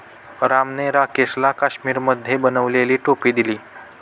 रामने राकेशला काश्मिरीमध्ये बनवलेली टोपी दिली